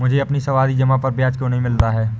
मुझे अपनी सावधि जमा पर ब्याज क्यो नहीं मिला?